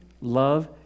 love